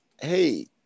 Hey